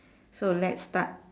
so let's start